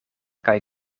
kaj